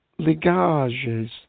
ligages